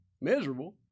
Miserable